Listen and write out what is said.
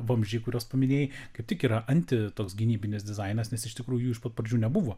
vamzdžiai kuriuos paminėjai kaip tik yra anti toks gynybinis dizainas nes iš tikrųjų jų iš pat pradžių nebuvo